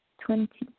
twenty